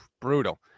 Brutal